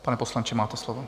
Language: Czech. Pane poslanče, máte slovo.